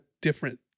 different